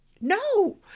no